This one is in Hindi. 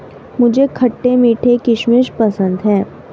मुझे खट्टे मीठे किशमिश पसंद हैं